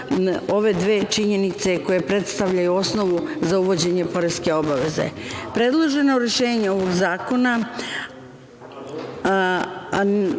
ove dve činjenice koje predstavljaju osnovu za uvođenje poreske obaveze. Predloženo rešenje ovog zakona